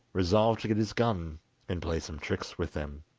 resolved to get his gun and play some tricks with them.